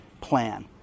plan